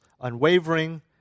unwavering